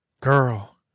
girl